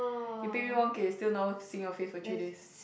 you pay me one K it's still not worth seeing your face for three days